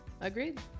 Agreed